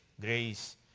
grace